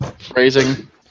Phrasing